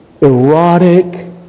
Erotic